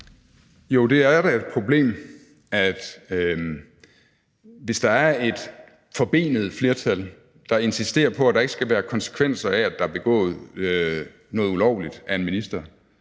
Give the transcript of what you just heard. Jo, det er da et problem, hvis der er et forbenet flertal, der insisterer på, at der ikke skal være konsekvenser af, at der er begået noget ulovligt fra en ministers